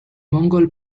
mongol